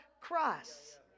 cross